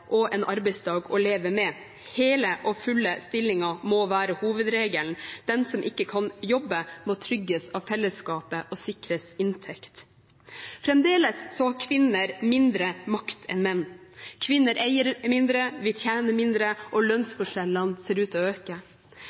og en arbeidsdag å leve med. Hele og fulle stillinger må være hovedregelen. Den som ikke kan jobbe, må trygges av fellesskapet og sikres inntekt. Fremdeles har kvinner mindre makt enn menn. Kvinner eier mindre og tjener mindre, og lønnsforskjellene ser ut til å øke.